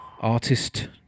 Artist